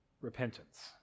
repentance